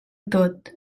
tot